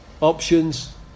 options